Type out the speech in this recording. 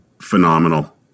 phenomenal